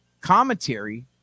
commentary